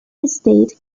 estate